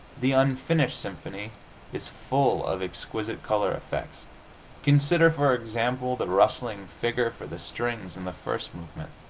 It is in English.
the unfinished symphony is full of exquisite color effects consider, for example, the rustling figure for the strings in the first movement